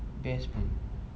best pun